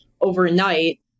overnight